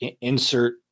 insert